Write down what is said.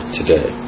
today